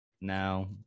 now